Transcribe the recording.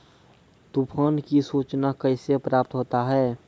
तुफान की सुचना कैसे प्राप्त होता हैं?